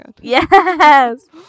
Yes